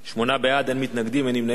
שמונה בעד, אין מתנגדים, אין נמנעים.